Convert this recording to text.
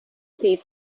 save